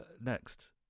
next